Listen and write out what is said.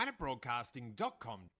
planetbroadcasting.com